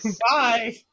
Bye